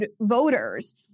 voters